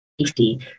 safety